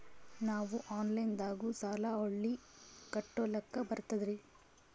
ನಾವು ಆನಲೈನದಾಗು ಸಾಲ ಹೊಳ್ಳಿ ಕಟ್ಕೋಲಕ್ಕ ಬರ್ತದ್ರಿ?